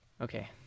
Okay